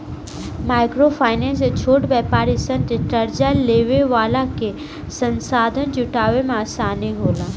micro finance से छोट व्यापारी सन के कार्जा लेवे वाला के संसाधन जुटावे में आसानी होला